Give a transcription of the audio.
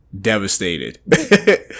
devastated